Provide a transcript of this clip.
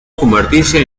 convertirse